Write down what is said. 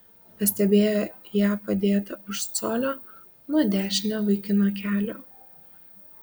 pastebėjo ją padėtą už colio nuo dešinio vaikino kelio